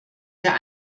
sehr